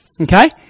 okay